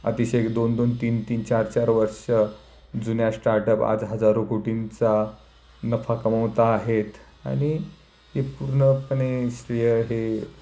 अतिशय दोन दोन तीन तीन चार चार वर्ष जुन्या स्टार्टअप आज हजारो कोटींचा नफा कमावता आहेत आणि हे पूर्णपणे स्त्रिया हे